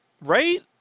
Right